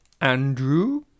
Andrew